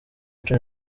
muco